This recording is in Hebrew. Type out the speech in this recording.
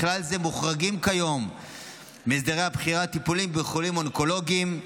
בכלל זה מוחרגים כיום מהסדרי הבחירה טיפולים בחולים אונקולוגיים,